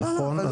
נכון?